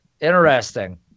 Interesting